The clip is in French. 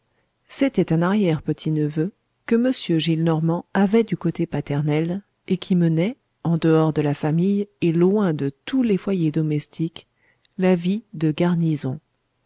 c'était un arrière petit neveu que m gillenormand avait du côté paternel et qui menait en dehors de la famille et loin de tous les foyers domestiques la vie de garnison